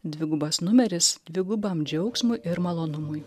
dvigubas numeris dvigubam džiaugsmui ir malonumui